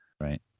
Right